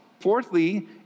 Fourthly